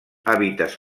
hàbitats